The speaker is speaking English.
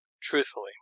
truthfully